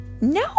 No